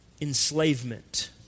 enslavement